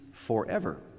forever